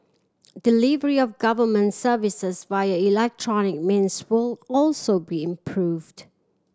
delivery of government services via electronic means will also be improved